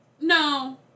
No